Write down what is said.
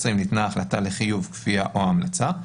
ניתנה החלטה לחיוב כפייה או המלצה.